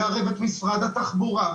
לערב את משרד התחבורה,